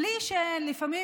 בלי שלפעמים